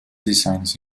designs